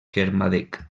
kermadec